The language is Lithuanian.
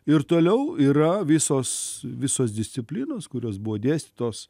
ir toliau yra visos visos disciplinos kurios buvo dėstytos